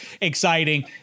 exciting